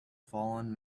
fallen